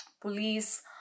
police